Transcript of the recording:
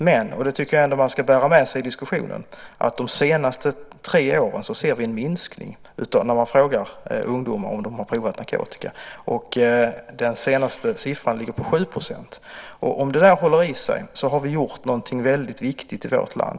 Men, och det tycker jag ändå att man ska bära med sig i diskussionen, de senaste tre åren ser vi en minskning när man frågat ungdomar om de har provat narkotika. Den senaste siffran ligger på 7 %. Om det håller i sig har vi gjort något väldigt viktigt i vårt land.